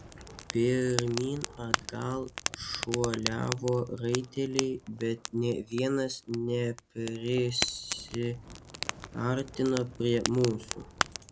pirmyn atgal šuoliavo raiteliai bet nė vienas neprisiartino prie mūsų